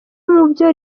mubyo